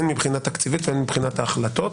הן מבחינה תקציבית והן מבחינת ההחלטות,